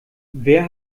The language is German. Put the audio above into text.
wer